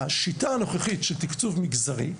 השיטה הנוכחית של תקצוב מגזרי,